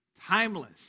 timeless